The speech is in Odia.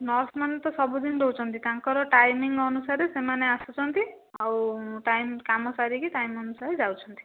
ନର୍ସମାନେ ତ ସବୁ ଦିନ ଦେଉଛନ୍ତି ତାଙ୍କର ଟାଇମିଂ ଅନୁସାରେ ସେମାନେ ଆସୁଛନ୍ତି ଆଉ ଟାଇମ କାମ ସାରିକି ଟାଇମ ଅନୁସାରେ ଯାଉଛନ୍ତି